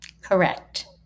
Correct